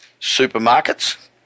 supermarkets